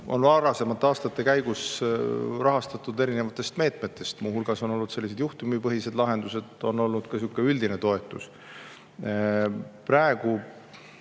on varasemate aastate käigus rahastatud erinevatest meetmetest, muu hulgas on olnud juhtumipõhised lahendused, on olnud ka niisugune üldine toetus. Praegu,